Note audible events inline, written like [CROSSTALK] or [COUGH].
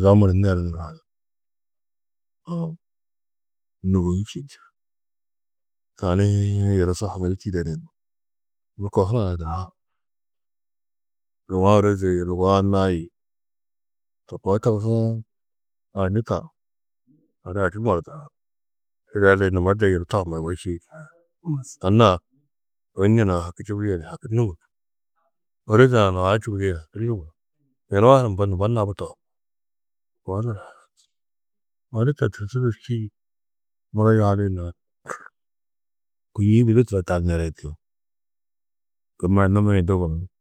zamuru ner nuru hadar uū nû ôwoni su čî. Tanii yunu su haŋirî tîyide ni yugó, yunu kohurã gunna, lugua ôrozee yê lugua annaa yê to koo togusoo [UNINTELLIGIBLE] nubo de yunu tamo yugó čîidi anna-ã ôune nê nuã haki čubîe haki nûŋurú ôroze-ã nua čubudîe haki nûŋurú, yunu a mbo nubo nabu tohum, to koo nuru hadar. Odu to tûrtu du čî muro yuhadi nani kôiĩ gudi turo tar neri či kômma numi-ĩ du gunú.